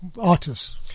artists